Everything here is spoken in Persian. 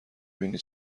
بینی